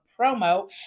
promo